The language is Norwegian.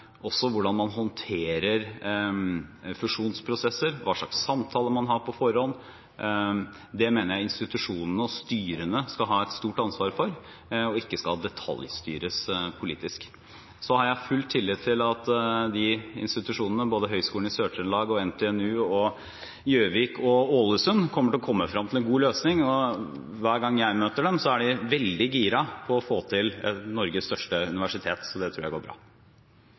også at hvordan man håndterer fusjonsprosesser, hva slags samtaler man har på forhånd, mener jeg at institusjonene og styrene skal ha et stort ansvar for, og at de ikke skal detaljstyres politisk. Så har jeg full tillit til at disse institusjonene, både Høgskolen i Sør-Trøndelag, NTNU, Gjøvik og Ålesund, kommer til å komme frem til en god løsning. Hver gang jeg møter dem, er de veldig giret på å få til Norges største universitet, så det tror jeg går bra.